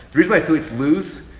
the reason why affiliates lose,